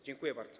Dziękuję bardzo.